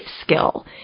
skill